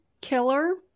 killer